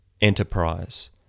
enterprise